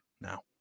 now